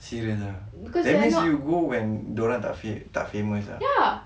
serious ah that means you go when diorang tak famous ah